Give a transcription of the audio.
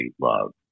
love